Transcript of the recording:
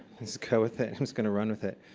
let's go with it. i'm just going to run with it.